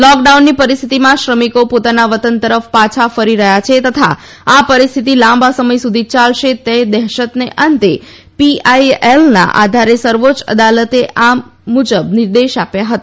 લૉકડાઉનની પરિસ્થિતિમાં શ્રમિકો પોતાના વતન તરફ પાછા ફરી રહ્યા છે તથા આ પરિસ્થિતિ લાંબા સમય સુધી ચાલશે તે દહેશત અંગેની પીઆઈએલના આધારે સર્વોચ્ય અદાલતે આ મુજબ નિર્દેશ આપ્યા હતા